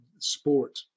Sport